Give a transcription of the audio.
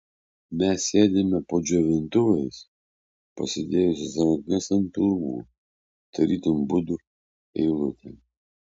mes sėdime po džiovintuvais pasidėjusios rankas ant pilvų tarytum budų eilutė